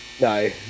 No